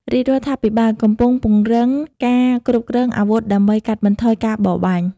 រាជរដ្ឋាភិបាលកំពុងពង្រឹងការគ្រប់គ្រងអាវុធដើម្បីកាត់បន្ថយការបរបាញ់។